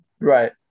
Right